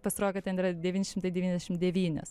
pasirodo kad ten yra devyni šimtai devyniasdešim devynios